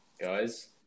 guys